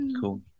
Cool